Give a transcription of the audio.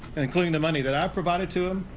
including the money that i provided to him,